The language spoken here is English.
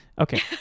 okay